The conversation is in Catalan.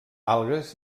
algues